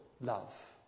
love